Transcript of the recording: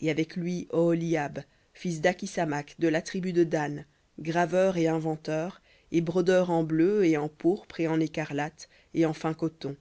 et avec lui oholiab fils d'akhisamac de la tribu de dan graveur et inventeur et brodeur en bleu et en pourpre et en écarlate et en fin coton